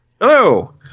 Hello